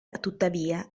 tuttavia